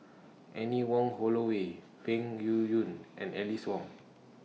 Anne Wong Holloway Peng Yuyun and Alice Ong